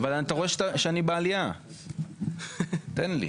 אבל אתה רואה שאני בעלייה תן לי,